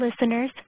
listeners